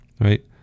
Right